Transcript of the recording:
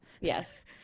yes